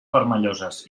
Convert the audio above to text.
vermelloses